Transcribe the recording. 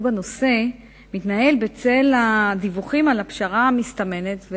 בנושא מתנהל בצל הדיווחים על הפשרה המסתמנת,